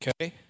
Okay